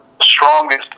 strongest